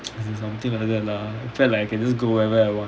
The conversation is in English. as in something like that lah in fact like I can just go wherever I want